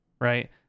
right